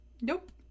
Nope